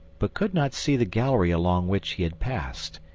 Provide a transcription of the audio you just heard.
but could not see the gallery along which he had passed.